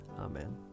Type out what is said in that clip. Amen